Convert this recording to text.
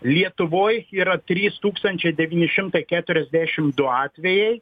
lietuvoj yra trys tūkstančiai devyni šimtai keturiasdešim du atvejai